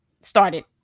started